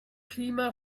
klima